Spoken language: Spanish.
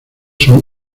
son